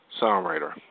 songwriter